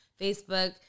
Facebook